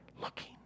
looking